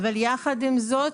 אבל יחד עם זאת